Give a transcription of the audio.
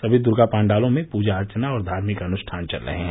सभी दुर्गा पाण्डालों में पूजा अर्चना और धार्मिक अनुष्ठान चल रहे हैं